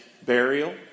burial